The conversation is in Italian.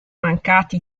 mancati